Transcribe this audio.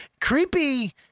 Creepy